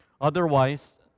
Otherwise